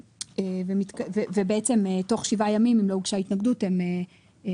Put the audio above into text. אם תוך שבעה ימים לא הוגשה התנגדות - הם מאושרים.